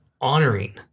honoring